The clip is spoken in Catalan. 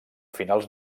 finals